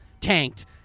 tanked